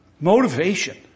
Motivation